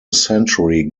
century